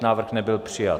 Návrh nebyl přijat.